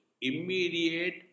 immediate